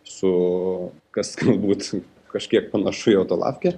su kas galbūt kažkiek panašu į autolavkę